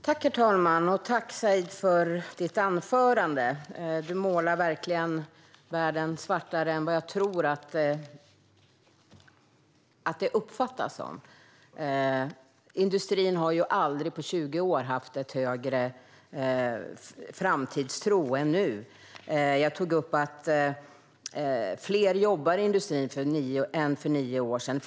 Herr talman! Tack för ditt anförande, Said. Du målar verkligen världen svartare än vad jag tror att den uppfattas som. Inte på 20 år har industrin haft så stor framtidstro som nu. Det är fler som jobbar i industrin nu än för nio år sedan.